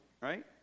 right